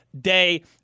day